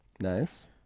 Nice